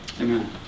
amen